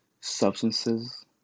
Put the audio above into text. substances